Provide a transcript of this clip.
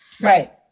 Right